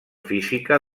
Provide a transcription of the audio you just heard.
física